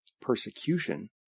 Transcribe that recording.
persecution